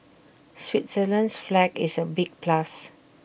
Switzerland's flag is A big plus